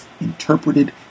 interpreted